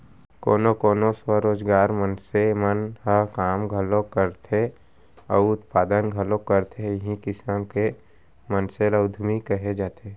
कोनो कोनो स्वरोजगारी मनसे मन ह काम घलोक करथे अउ उत्पादन घलोक करथे इहीं किसम के मनसे ल उद्यमी कहे जाथे